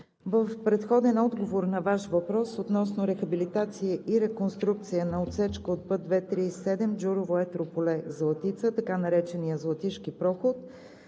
в предходен отговор на Ваш въпрос относно рехабилитация и реконструкция на отсечка от път II-37 Джурово – Етрополе – Златица, така наречения Златишки проход,